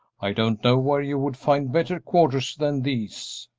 i don't know where you would find better quarters than these.